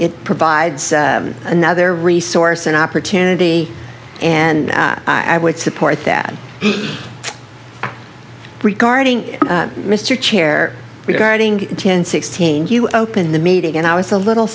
it provides another resource an opportunity and i would support that regarding mr chair regarding ten sixteen you opened the meeting and i was a little